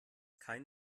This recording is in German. kein